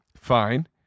Fine